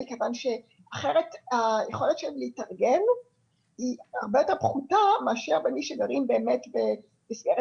מכיוון שאחרת היכולת שלהם להתארגן היא פחותה מאשר אלה שגרים במסגרת